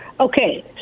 Okay